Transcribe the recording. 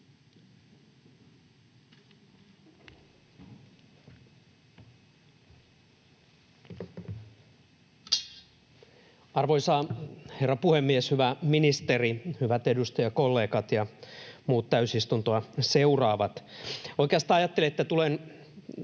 Arvoisa herra puhemies! Hyvä ministeri, hyvät edustajakollegat ja muut täysistuntoa seuraavat!